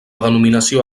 denominació